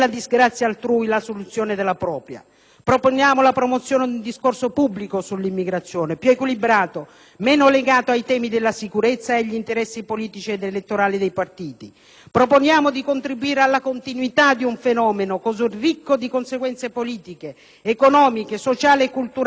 proponiamo la promozione di un discorso pubblico sull'immigrazione più equilibrato, meno legato ai temi della sicurezza e agli interessi politici ed elettorali dei partiti; proponiamo di contribuire alla continuità di un fenomeno così ricco di conseguenze politiche, economiche, sociali e culturali a prescindere dalle maggioranze